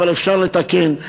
אבל אפשר לתקן.